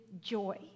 joy